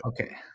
Okay